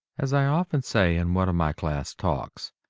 as i often say, in one of my class talks,